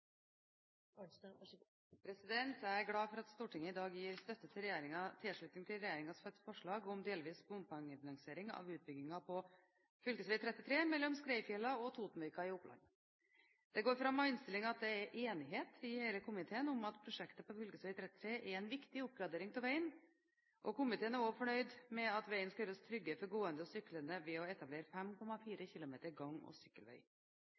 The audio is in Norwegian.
glad for at Stortinget i dag gir tilslutning til regjeringens forslag om delvis bompengefinansiering av utbyggingen av fv. 33 mellom Skreifjella og Totenvika i Oppland. Det går fram av innstillingen at det er enighet i hele komiteen om at prosjektet på fv. 33 er en viktig oppgradering av veien, og komiteen er også fornøyd med at vegen skal gjøres tryggere for gående og syklende ved å etablere 5,4 km gang- og sykkelvei.